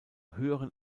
höheren